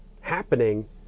happening